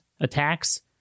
attacks